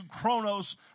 chronos